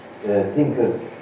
thinkers